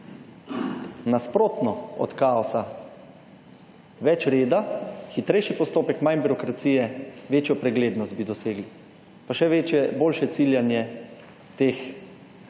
Nasprotno od kaosa. Več reda, hitrejši postopek, manj birokracije, večjo preglednost bi dosegli. Pa še večje, boljše ciljanje teh